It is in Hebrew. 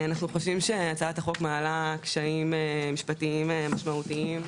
אנחנו חושבים שהצעת החוק מעלה קשיים משפטיים משמעותיים.